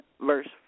verse